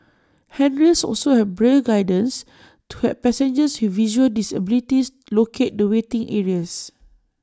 handrails also have braille guidance to help passengers with visual disabilities locate the waiting areas